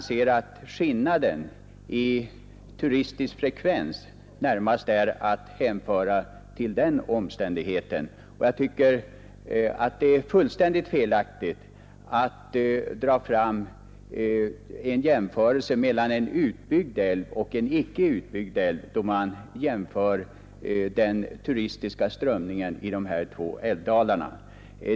Skillnaden i turistfrekvensen är närmast att hänföra till den omständigheten. Jag tycker därför att det är fullständigt felaktigt att på detta sätt jämföra turisttillströmningen i en älvdal med en utbyggd älv och en älvdal med en icke utbyggd älv.